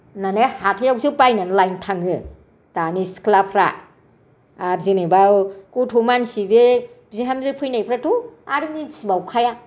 होननानै हाथायावसो बायनानै लानो थाङो दानि सिख्लाफ्रा आरो जेनेबा गथ' मानसि बे बिहामजो फैनायफ्राथ' आरो मिन्थिबावखाया